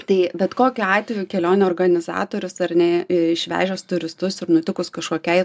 tai bet kokiu atveju kelionių organizatorius ar ne išvežęs turistus ir nutikus kažkokiai